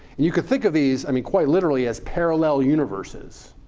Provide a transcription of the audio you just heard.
you could think of these, i mean quite literally, as parallel universes.